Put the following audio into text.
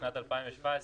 בשנת 2017,